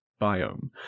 biome